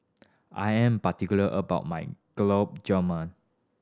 I am particular about my Gulab Jamun